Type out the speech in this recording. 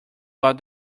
about